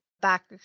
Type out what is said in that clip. back